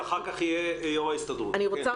אני רוצה